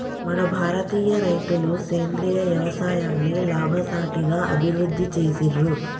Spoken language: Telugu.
మన భారతీయ రైతులు సేంద్రీయ యవసాయాన్ని లాభసాటిగా అభివృద్ధి చేసిర్రు